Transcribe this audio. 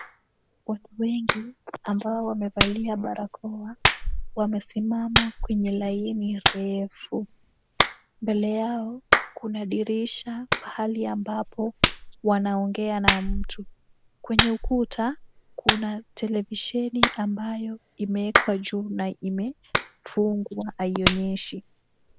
Watu wengi ambao wamevalia barakoa, wamesimama kwenye line refu. Mbele yao kuna dirisha, pahali ambapo wanaongea na mtu. Kwenye ukuta, kuna televisheni ambayo imeekwa juu na imefungwa haionyeshi.